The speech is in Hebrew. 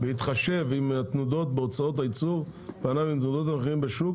בהתחשב עם התנודות בהוצאות הייצור בענף ועם תנודות המחירים בשוק,